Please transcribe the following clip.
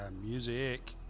music